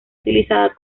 utilizada